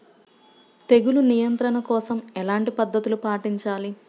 తెగులు నియంత్రణ కోసం ఎలాంటి పద్ధతులు పాటించాలి?